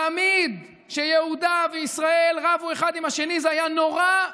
תמיד כשיהודה וישראל רבו אחד עם השני זה היה נורא,